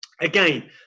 Again